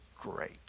great